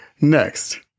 Next